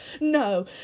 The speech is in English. no